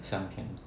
香片